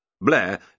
Blair